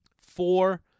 Four